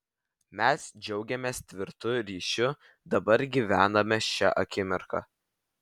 mes džiaugiamės tvirtu ryšiu dabar gyvename šia akimirka